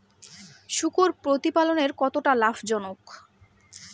শূকর প্রতিপালনের কতটা লাভজনক?